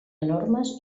enormes